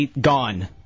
gone